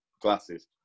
glasses